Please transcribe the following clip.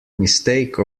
mistake